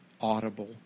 audible